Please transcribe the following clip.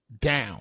down